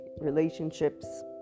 relationships